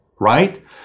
right